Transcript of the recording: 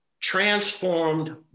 transformed